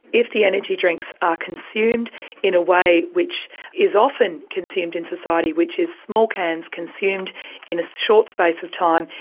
if the energy drinks are consumed in a way which is often consumed in society, which is small cans consumed in a short space of time,